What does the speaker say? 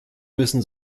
müssen